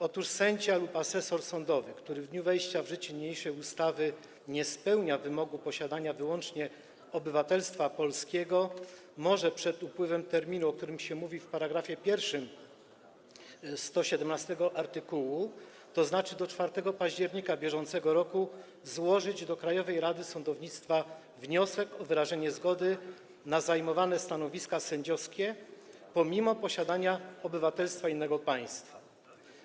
Otóż sędzia lub asesor sądowy, który w dniu wejścia w życie niniejszej ustawy nie spełnia wymogu posiadania wyłącznie obywatelstwa polskiego, może przed upływem terminu, o którym się mówi w § 1 art. 117, tzn. do 4 października br., złożyć do Krajowej Rady Sądownictwa wniosek o wyrażenie zgody na zajmowanie stanowiska sędziowskiego pomimo posiadania obywatelstwa innego państwa.